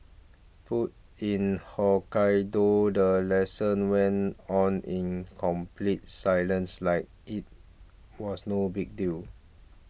but in Hokkaido the lesson went on in complete silence like it was no big deal